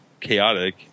chaotic